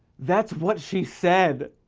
that's what she said.